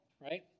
right